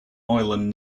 island